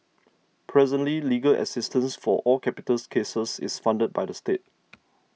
presently legal assistance for all capital cases is funded by the state